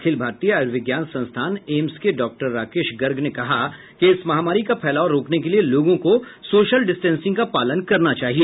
अखिल भारतीय आयुर्विज्ञान संस्थान एम्स के डॉक्टर राकेश गर्ग ने कहा कि इस महामारी का फैलाव रोकने के लिए लोगों को सोशल डिस्टेंसिंग का पालन करना चाहिए